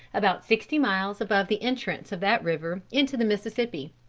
about sixty miles above the entrance of that river into the mississippi.